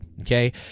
okay